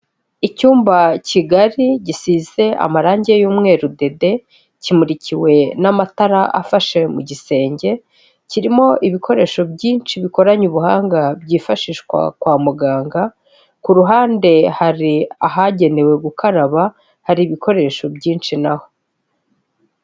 Icyumba kigali gisize amarange y'umweru dede kimurikiwe n'amatara afashe mu gisenge, kirimo ibikoresho byinshi bikoranye ubuhanga byifashishwa kwa muganga, ku ruhande hari ahagenewe gukaraba hari ibikoresho byinshi naho.